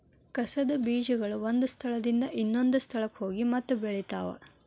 ಕಸದ ಬೇಜಗಳು ಒಂದ ಸ್ಥಳದಿಂದ ಇನ್ನೊಂದ ಸ್ಥಳಕ್ಕ ಹೋಗಿ ಮತ್ತ ಬೆಳಿತಾವ